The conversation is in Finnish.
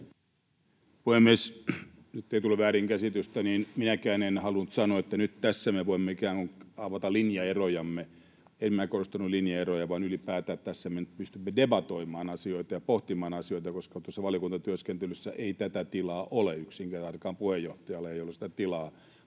Puhemies! Jottei tule väärinkäsitystä, niin minäkään en halunnut sanoa, että nyt tässä me voimme ikään kuin avata linjaerojamme. En minä korostanut linjaeroja, vaan ylipäätään tässä me nyt pystymme debatoimaan asioita ja pohtimaan asioita, koska valiokuntatyöskentelyssä ei tätä tilaa ole, ainakaan puheenjohtajalla ei ole sitä tilaa,